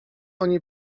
oni